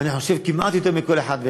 אני חושב, כמעט יותר מכל אחד ואחד.